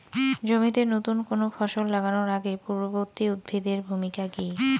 জমিতে নুতন কোনো ফসল লাগানোর আগে পূর্ববর্তী উদ্ভিদ এর ভূমিকা কি?